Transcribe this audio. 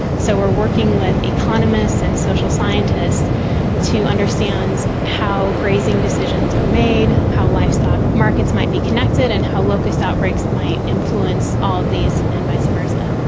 so we are working with economists and social scientists to understand how grazing decisions are made, how livestock markets might be connected and how locust outbreaks might influence all of these, and vice versa.